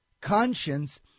conscience